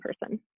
person